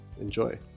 enjoy